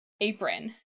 apron